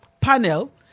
panel